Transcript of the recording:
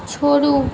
छोड़ू